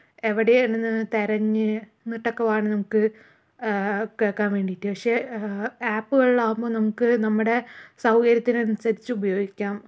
എവിടേ എന്നെന്ന് തിരഞ്ഞു എന്നിട്ടൊക്കെ വേണം നമുക്ക് കേൾക്കാൻ വേണ്ടിയിട്ട് പക്ഷെ ആപ്പുകളിലാകുമ്പോൾ നമുക്ക് നമ്മടെ സൗകര്യത്തിനൻസരിച്ച് ഉപയോഗിക്കാം